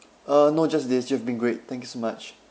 uh no just this you have been great thank you so much